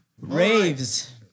raves